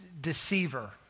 deceiver